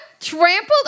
trampled